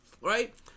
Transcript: right